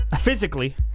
physically